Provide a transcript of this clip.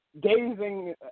gazing